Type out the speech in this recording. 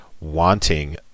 wanting